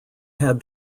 had